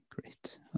great